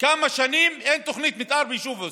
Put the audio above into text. לבד כמה שנים אין תוכנית מתאר ביישוב עוספיא.